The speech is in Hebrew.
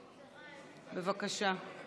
בבקשה.